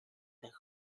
guard